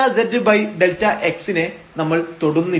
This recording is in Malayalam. ΔzΔx നെ നമ്മൾ തൊടുന്നില്ല